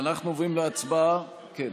אדוני היושב-ראש,